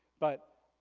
but,